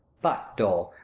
but, dol,